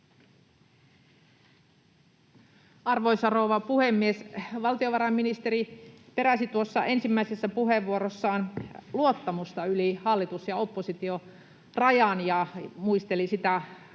Arvoisa rouva puhemies! Valtiovarainministeri peräsi ensimmäisessä puheenvuorossaan luottamusta yli hallitus‑ ja oppositiorajan ja muisteli sitä alkuaikaa,